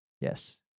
Yes